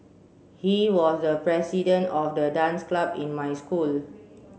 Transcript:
he was the president of the dance club in my school